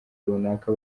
runaka